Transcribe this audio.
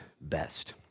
best